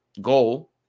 goal